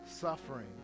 suffering